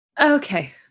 Okay